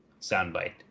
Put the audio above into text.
soundbite